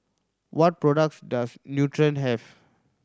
what products does Nutren have